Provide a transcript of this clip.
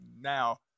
now